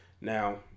Now